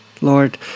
Lord